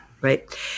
right